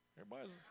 Everybody's